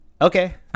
Okay